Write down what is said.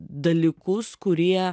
dalykus kurie